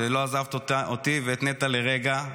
שלא עזבת אותי ואת נטע לרגע.